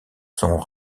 sont